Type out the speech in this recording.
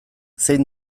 zein